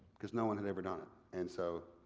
cause no one had ever done it. and so